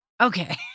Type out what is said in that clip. Okay